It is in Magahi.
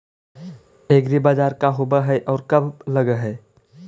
एग्रीबाजार का होब हइ और कब लग है?